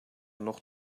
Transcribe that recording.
noch